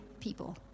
people